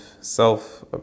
self